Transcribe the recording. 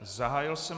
Zahájil jsem...